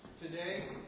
today